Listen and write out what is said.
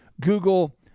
Google